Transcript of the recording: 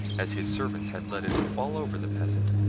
as his servants had let it fall over the peasant,